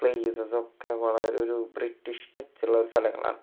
പ്ലേസസ്സൊക്കെ വളരെ ഒരു British touch ഉള്ളൊരു സ്ഥലങ്ങളാണ്